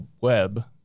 web